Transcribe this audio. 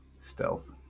stealth